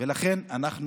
ולכן אנחנו